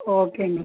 ஓகேங்க